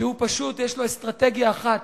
שפשוט יש לו אסטרטגיה אחת: